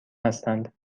هستند